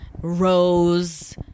Rose